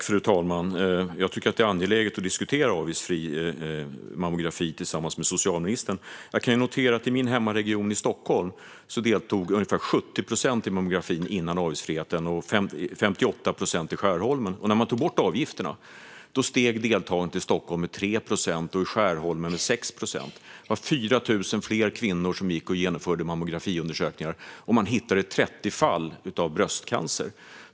Fru talman! Jag tycker att det är angeläget att diskutera avgiftsfri mammografi tillsammans med socialministern. Jag kan notera att i min hemmaregion i Stockholm deltog ungefär 70 procent i mammografin innan avgiftsfriheten. I Skärholmen var siffran 58 procent. När man tog bort avgifterna steg deltagandet i Stockholm med 3 procent och i Skärholmen med 6 procent. Det var 4 000 fler kvinnor som genomförde mammografiundersökningar, och man hittade 30 fall av bröstcancer.